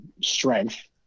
strength